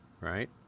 right